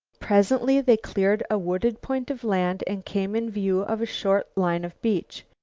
presently they cleared a wooded point of land and came in view of a short line of beach.